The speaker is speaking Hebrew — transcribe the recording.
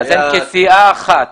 אז הם כסיעה אחת.